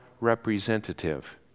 representative